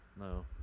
No